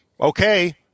okay